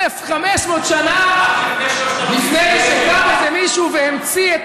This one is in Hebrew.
1,500 שנה לפני שקם איזה מישהו והמציא את